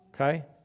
Okay